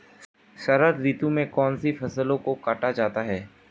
शरद ऋतु में कौन सी फसलों को काटा जाता है?